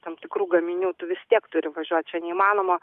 tam tikrų gaminių tu vis tiek turi važiuot čia neįmanoma